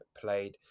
played